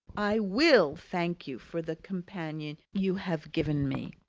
i will thank you for the companion you have given me.